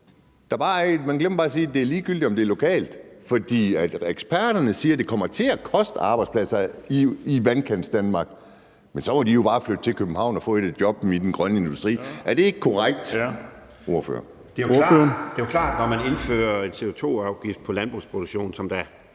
Man glemmer bare at sige, at det er ligegyldigt, om det er lokalt. For eksperterne siger, at det kommer til at koste arbejdspladser i Vandkantsdanmark. Men så må de jo bare flytte til København og få et job i den grønne industri. Er det ikke korrekt, ordfører? Kl. 18:03 Den fg. formand (Erling Bonnesen):